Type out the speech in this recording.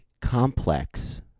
complex